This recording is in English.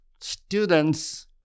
students